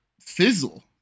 fizzle